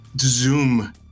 Zoom